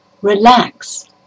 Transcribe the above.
Relax